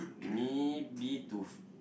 me